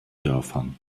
dörfern